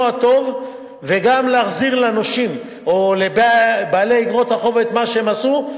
הטוב וגם להחזיר לבעלי איגרות החוב את מה שהם עשו.